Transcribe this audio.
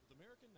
American